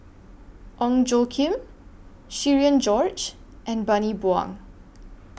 Ong Tjoe Kim Cherian George and Bani Buang